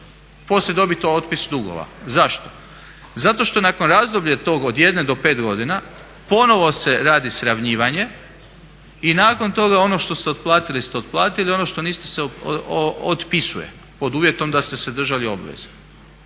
poslije dobit otpis dugova. Zašto? Zato što nakon razdoblja tog od 1 do 5 godina ponovo se radi sravnjivanje i nakon toga što ste otplatili ste otplatili, ono što niste se otpisuje pod uvjetom da ste se držali obveza.